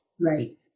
Right